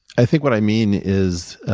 i think what i mean is